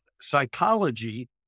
psychology